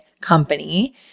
company